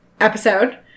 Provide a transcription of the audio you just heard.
episode